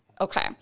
Okay